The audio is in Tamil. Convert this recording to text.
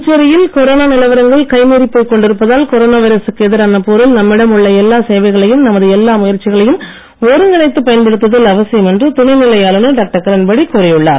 புதுச்சேரியில் கொரோனா நிலவரங்கள் கைமீறிப் போய்க் கொண்டிருப்பதால் கொரோனா வைரசுக்கு எதிரான போரில் நம்மிடம் உள்ள எல்லா சேவைகளையும் நமது எல்லா முயற்சிகளையும் ஒருங்கிணைத்துப் பயன்படுத்துதல் அவசியம் என்று துணைநிலை ஆளுநர் டாக்டர் கிரண்பேடி கூறியுள்ளார்